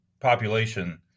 population